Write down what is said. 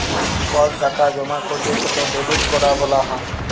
call টাকা জমা ক্যরলে সেটা ডেবিট ক্যরা ব্যলা হ্যয়